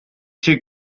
sie